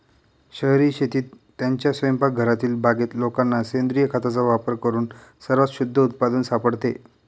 शहरी शेतीत, त्यांच्या स्वयंपाकघरातील बागेत लोकांना सेंद्रिय खताचा वापर करून सर्वात शुद्ध उत्पादन सापडते